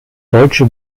deutsche